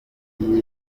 iyi